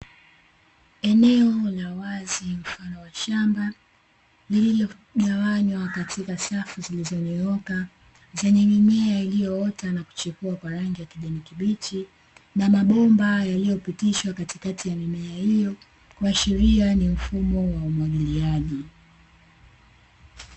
Eneo la wazi mfano wa shamba lililogawanywa katika safu zilizonyooka zenye mimea iliyoota na kuchipua kwa rangi ya kijani kibichi na mabomba, yaliyopitishwa katikati ya mimea hiyo kuashiria ni mfumo wa umwagiliaji.